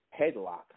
headlock